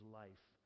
life